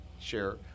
share